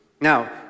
Now